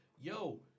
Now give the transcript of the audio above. yo